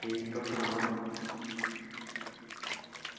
ठीक तुस सनाओ